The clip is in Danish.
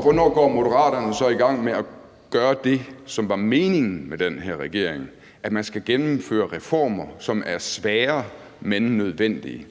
Hvornår går Moderaterne så i gang med at gøre det, som var meningen med den her regering: at man skal gennemføre reformer, som er svære, men nødvendige?